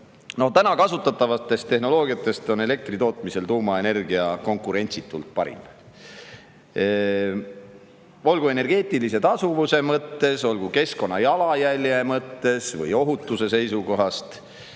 No täna kasutatavatest tehnoloogiatest on elektri tootmisel tuumaenergia konkurentsitult parim, olgu energeetilise tasuvuse mõttes, olgu keskkonnajalajälje mõttes või ohutuse seisukohast.